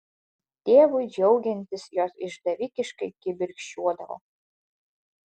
tėvui džiaugiantis jos išdavikiškai kibirkščiuodavo